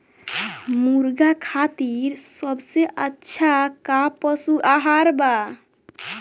मुर्गा खातिर सबसे अच्छा का पशु आहार बा?